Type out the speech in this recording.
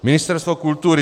Ministerstvo kultury.